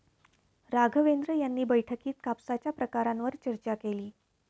राघवेंद्र यांनी बैठकीत कापसाच्या प्रकारांवर चर्चा केली